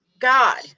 God